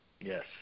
Yes